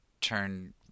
turn